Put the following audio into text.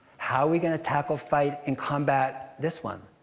how we gonna tackle, fight, and combat this one?